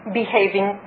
behaving